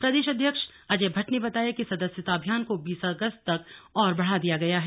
प्रदेश अध्यक्ष अजय भट्ट ने बताया कि सदस्यता अभियान को बीस अगस्त तक और बढ़ा दिया गया है